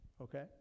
okay